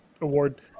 award